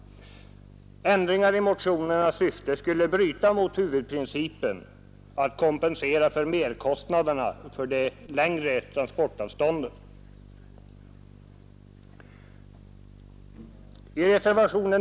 Ändringar i motionernas syfte skulle bryta mot huvudprincipen att kompensera för merkostnaderna för de längre transportsvstånden.